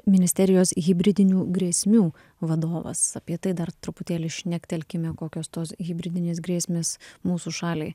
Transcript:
ministerijos hibridinių grėsmių vadovas apie tai dar truputėlį šnektelkime kokios tos hibridinės grėsmės mūsų šaliai